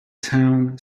town